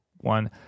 one